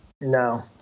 No